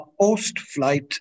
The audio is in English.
post-flight